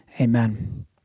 Amen